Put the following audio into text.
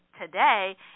today